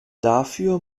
dafür